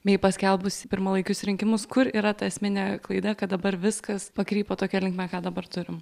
mei paskelbus pirmalaikius rinkimus kur yra ta esminė klaida kad dabar viskas pakrypo tokia linkme ką dabar turim